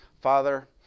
Father